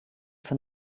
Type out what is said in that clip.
van